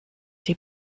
die